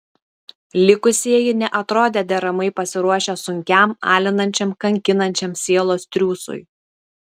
likusieji neatrodė deramai pasiruošę sunkiam alinančiam kankinančiam sielos triūsui